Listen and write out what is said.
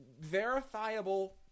verifiable